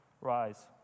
Rise